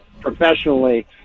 professionally